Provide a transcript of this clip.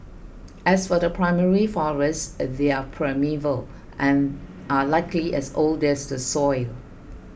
as for the primary forest they're primeval and are likely as old as the soil